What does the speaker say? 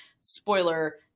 spoiler